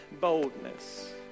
boldness